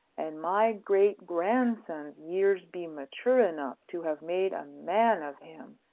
and my great-grandson's years be mature enough to have made a man of him,